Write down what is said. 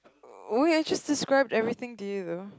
wait I just described everything to you though